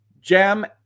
Jam